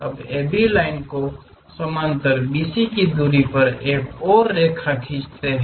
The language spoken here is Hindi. अब AB लाइन के समानांतर BC की दूरी पर एक और रेखा खींचते हैं